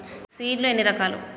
Seed లు ఎన్ని రకాలు?